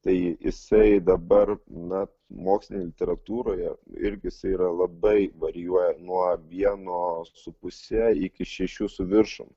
tai jisai dabar na mokslinėje literatūroje irgi jisai yra labai varijuoja nuo vieno su puse iki šešių su viršum